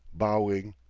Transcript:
bowing.